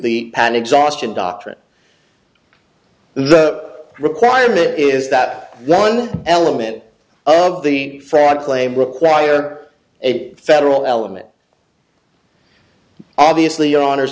the pan exhaustion doctrine the requirement is that one element of the fact claim require a federal element obviously honors